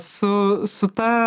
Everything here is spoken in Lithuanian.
su su ta